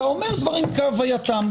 אתה אומר דברים כהווייתם.